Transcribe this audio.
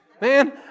Man